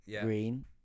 Green